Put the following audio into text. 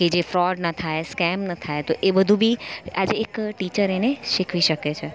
કે જે ફ્રોડ ના થાય સ્કેમ ન થાય એ બધું બી આજે એક ટીચર એને શીખવી શકે છે